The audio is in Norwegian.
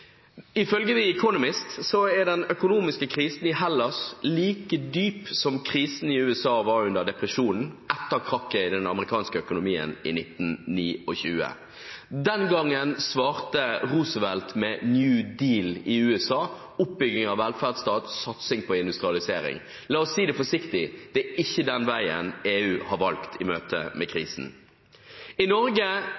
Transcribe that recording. Ifølge The Economist er den økonomiske krisen i Hellas like dyp som krisen i USA var under depresjonen etter krakket i den amerikanske økonomien i 1929. Den gangen svarte Roosevelt med New Deal i USA: oppbygging av velferdsstat og satsing på industrialisering. La oss si det forsiktig: Det er ikke den veien EU har valgt i møte med krisen. I Norge